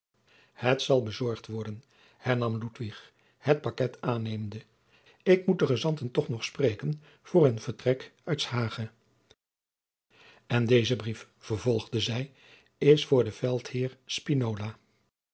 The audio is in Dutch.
het zal bezorgd worden hernam ludwig het paket aannemende ik moet de gezanten toch nog spreken voor hun vertrek uit s hage en deze brief vervolgde zij is voor den veldheer